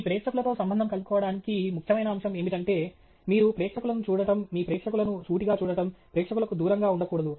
మీ ప్రేక్షకులతో సంబంధం కలుపుకోవడానికి ముఖ్యమైన అంశం ఏమిటంటే మీరు ప్రేక్షకులను చూడటం మీ ప్రేక్షకులను సూటిగా చూడడం ప్రేక్షకులకు దూరంగా ఉండకూడదు